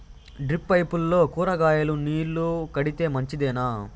Drip పైపుల్లో కూరగాయలు నీళ్లు కడితే మంచిదేనా?